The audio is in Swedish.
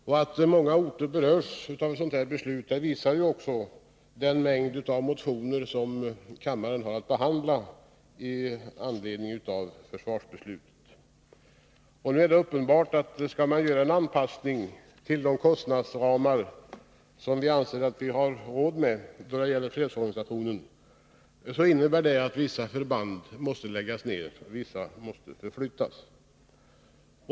Att det är många orter som berörs av ett sådant här beslut visar också den mängd motioner som kammaren har att behandla med anledning av försvarsbeslutet. Skall det göras en anpassning till de kostnadsramar som vi anser oss ha råd med då det gäller fredsorganisationen, är det uppenbart att vissa förband måste läggas ned och vissa förflyttas.